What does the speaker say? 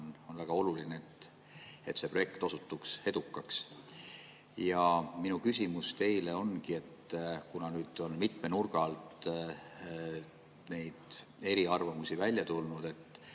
on väga oluline, et see projekt osutuks edukaks. Minu küsimus teile ongi, et kuna nüüd on mitme nurga alt eriarvamusi välja tulnud,